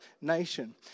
nation